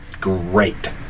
Great